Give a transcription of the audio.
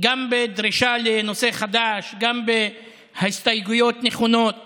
גם בדרישה לנושא חדש, גם בהסתייגויות נכונות